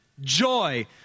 Joy